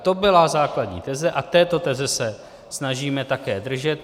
To byla základní teze a této teze se snažíme také držet.